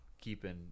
keeping